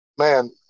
Man